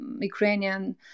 Ukrainian